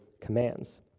commands